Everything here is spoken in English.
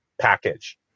package